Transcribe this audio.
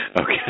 Okay